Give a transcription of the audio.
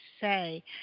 say